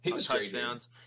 touchdowns